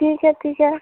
ठीक है ठीक है